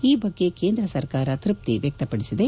ಈ ಬಗ್ಗೆ ಕೇಂದ್ರ ಸರ್ಕಾರ ಕೃಪ್ತಿ ವ್ಯಕ್ತಪಡಿಸಿದೆ